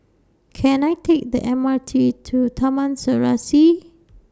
Can I Take The M R T to Taman Serasi